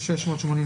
לא אושרה.